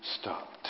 stopped